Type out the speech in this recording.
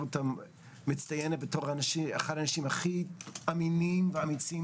אותה מצטיינת בתור אחת מהאנשים הכי אמינים ואמיצים